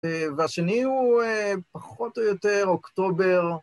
והשני הוא פחות או יותר אוקטובר